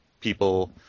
people